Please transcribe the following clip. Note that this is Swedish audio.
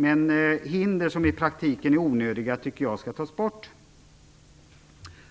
Men hinder som i praktiken är onödiga tycker jag skall tas bort.